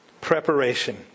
Preparation